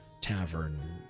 Tavern